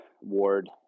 ward